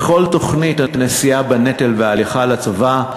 בכל תוכנית הנשיאה בנטל וההליכה לצבא,